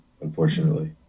unfortunately